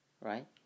Right